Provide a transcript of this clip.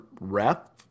rep